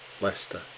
Leicester